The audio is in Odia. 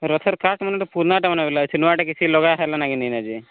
ରଥର ଫାଷ୍ଟ ମାନେ ତ ପୁରୁନାଟା ମାନେ ବୋଲେ ଅଛେ ନୂଆ ଟା କିଛି ଲଗା ହେଲା ଲାଗିନି ଏଇନା ଯେ